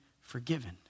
forgiven